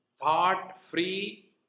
thought-free